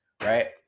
right